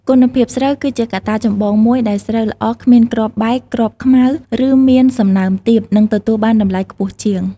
គុណភាពស្រូវ គឺជាកត្តាចម្បងមួយ ដែលស្រូវល្អ គ្មានគ្រាប់បែក គ្រាប់ខ្មៅ ឬមានសំណើមទាប នឹងទទួលបានតម្លៃខ្ពស់ជាង។